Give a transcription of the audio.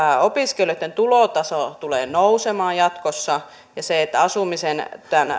opiskelijoitten tulotaso tulee nousemaan jatkossa ja että asumisen